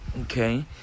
Okay